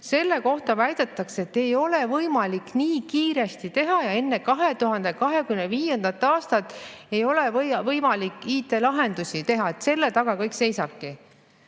olnud, väidetakse, et ei ole võimalik nii kiiresti teha ja enne 2025. aastat ei ole võimalik IT‑lahendusi teha. Selle taga kõik seisabki.